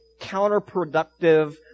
counterproductive